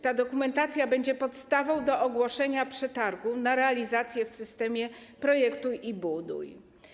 Ta dokumentacja będzie podstawą do ogłoszenia przetargu na realizację w systemie: projektuj i buduj.